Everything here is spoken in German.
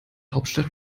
hauptstadt